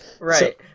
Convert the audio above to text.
Right